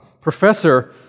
professor